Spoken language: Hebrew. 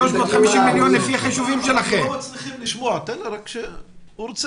לפי החישובים שלכם זה 350,000 מיליון שקלים.